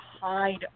hide